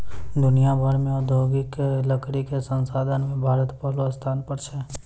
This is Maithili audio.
दुनिया भर मॅ औद्योगिक लकड़ी कॅ संसाधन मॅ भारत पहलो स्थान पर छै